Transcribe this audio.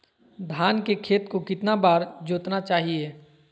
धान के खेत को कितना बार जोतना चाहिए?